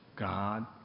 God